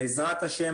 בעזרת השם,